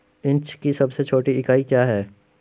Inch की सबसे छोटी इकाई क्या है?